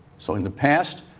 so in the past,